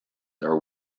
are